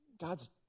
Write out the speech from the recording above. God's